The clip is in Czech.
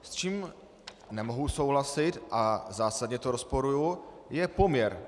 S čím nemohu souhlasit a v zásadě to rozporuji, je poměr.